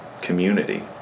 community